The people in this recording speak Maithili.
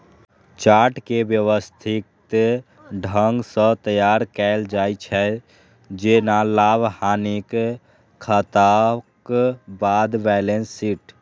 चार्ट कें व्यवस्थित ढंग सं तैयार कैल जाइ छै, जेना लाभ, हानिक खाताक बाद बैलेंस शीट